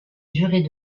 durée